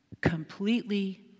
completely